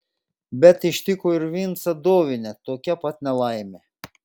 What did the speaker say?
bet ištiko ir vincą dovinę tokia pat nelaimė